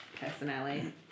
Personally